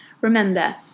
Remember